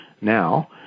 now